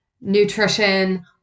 nutrition